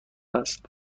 است